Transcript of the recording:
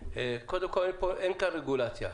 קודם כל אין כאן רגולציה.